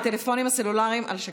את הטלפונים הסלולריים על שקט.